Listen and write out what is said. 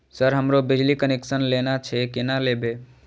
Sir हमरो बिजली connection लेना छे केना लेबे?